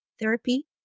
therapy